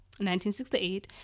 1968